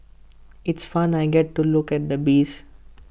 it's fun I get to look at the bees